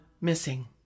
missing